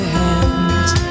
hands